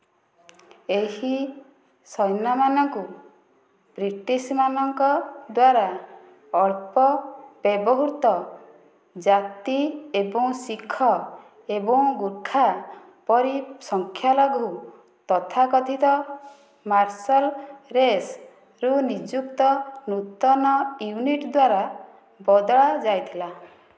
ଏହି ସୈନ୍ୟମାନଙ୍କୁ ବ୍ରିଟିଶ ମାନଙ୍କ ଦ୍ୱାରା ଅଳ୍ପ ବ୍ୟବହୃତ ଜାତି ଏବଂ ଶିଖ ଏବଂ ଗୁର୍ଖା ପରି ସଂଖ୍ୟା ଲଘୁ ତଥାକଥିତ ମାର୍ଶଲ ରେସ୍ ରୁ ନିଯୁକ୍ତ ନୂତନ ୟୁନିଟ୍ ଦ୍ୱାରା ବଦଳା ଯାଇଥିଲା